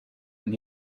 and